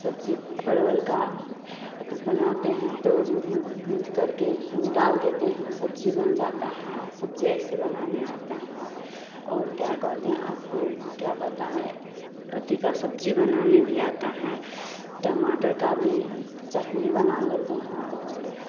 सब्ज़ी परवल का अथी बनाते हैं तो भूंज भूंज करके उसमे डाल देते हैं सब्ज़ी बन जाता है सब्ज़ी ऐसे बनाने आता है और और क्या कहते हैं आपको क्या बताएँ अथी का सब्ज़ी बनाने भी आता है टमाटर का भी चटनी बना लेते हैं और